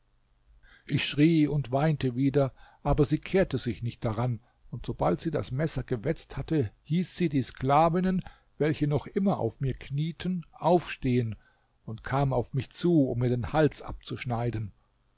ich schrie und weinte wieder aber sie kehrte sich nicht daran und sobald sie das messer gewetzt hatte hieß sie die sklavinnen welche noch immer auf mir knieten aufstehen und kam auf mich zu um mir den hals abzuschneiden